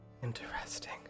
interesting